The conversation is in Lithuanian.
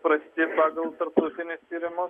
prasti pagal tarptautinius tyrimus